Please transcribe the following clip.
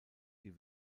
die